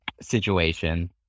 situation